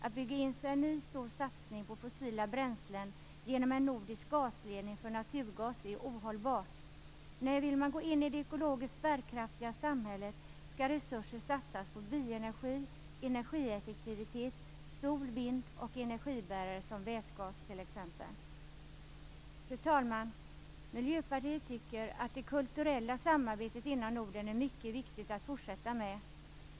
Att bygga in sig i en ny stor satsning på fossila bränslen genom en nordisk gasledning för naturgas är ohållbart. Nej, vill man gå in i det ekologiskt bärkraftiga samhället skall resurser satsas på bioenergi, energieffektivitet, sol och vind och energibärare som t.ex. vätgas. Fru talman! Miljöpartiet tycker att det kulturella samarbetet inom Norden är mycket viktigt att fortsätta med.